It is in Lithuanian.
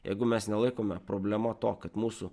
jeigu mes nelaikome problema to kad mūsų